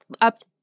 up